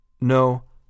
No